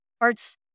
arts